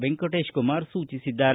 ವೆಂಕಟೇಶ ಕುಮಾರ ಸೂಚಿಸಿದ್ದಾರೆ